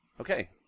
Okay